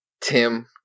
Tim